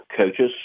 coaches